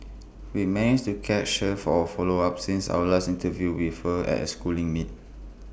we managed to catch her for A follow up since our last interview with her at A schooling meet